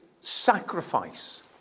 sacrifice